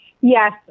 Yes